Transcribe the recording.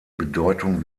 bedeutung